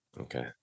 Okay